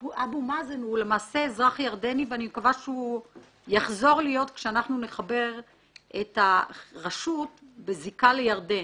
אני מקווה שהוא יחזור להיות כשנחבר את הרשות בזיקה לירדן.